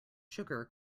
sugar